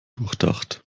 durchdacht